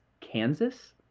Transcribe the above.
Kansas